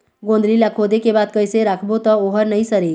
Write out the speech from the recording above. गोंदली ला खोदे के बाद कइसे राखबो त ओहर नई सरे?